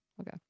okay